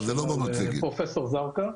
זאת שאלה לפרופ' זרקא.